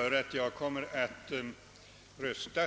Därför kommer jag att rösta